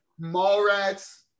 Mallrats